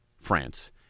France